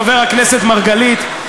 חבר הכנסת מרגלית,